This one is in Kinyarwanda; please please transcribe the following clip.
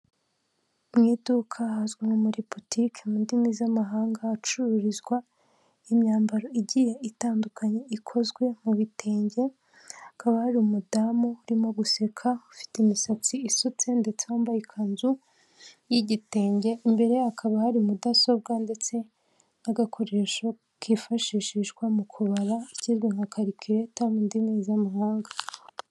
Mu iduka ahazwi nko muri butiki mu ndimi z'amahanga, hacururizwa imyambaro igiye itandukanye ikozwe mu bitenge, hakaba hari umudamu urimo guseka, ufite imisatsi isutse ndetse wambaye ikanzu y'igitenge, imbere ye hakaba hari mudasobwa ndetse n'agakoresho kifashishishwa mu kubara, ikizwi nka karikireta mu ndimi z'amahanga.